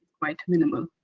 quite minimum,